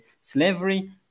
slavery